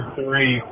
three